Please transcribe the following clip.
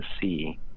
see